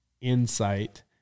insight